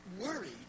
worried